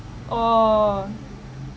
oh